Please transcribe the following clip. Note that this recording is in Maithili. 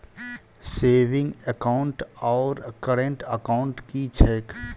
सेविंग एकाउन्ट आओर करेन्ट एकाउन्ट की छैक?